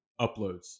uploads